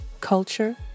culture